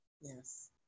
Yes